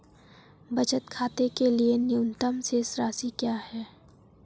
बचत खाते के लिए न्यूनतम शेष राशि क्या है?